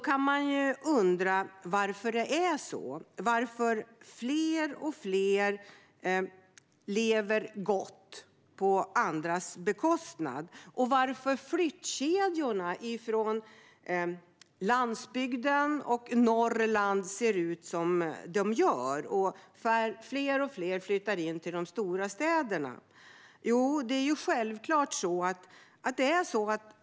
Man kan undra varför fler och fler lever gott på andras bekostnad, varför flyttkedjorna från landsbygden och Norrland ser ut som de gör och allt fler flyttar in till de stora städerna.